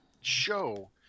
show